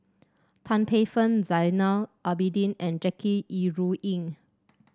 Tan Paey Fern Zainal Abidin and Jackie Yi Ru Ying